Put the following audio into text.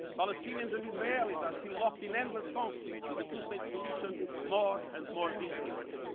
palestinians and israelis are still locked in endless conflict, with the two-state solution more and more distant.